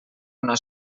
una